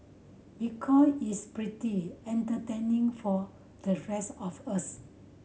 because it's pretty entertaining for the rest of us